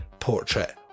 portrait